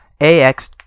AX